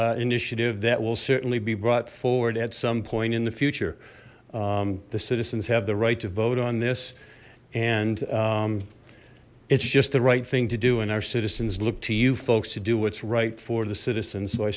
initiative that will certainly be brought forward at some point in the future the citizens have the right to vote on this and it's just the right thing to do and our citizens look to you folks to do what's right for the citizens so i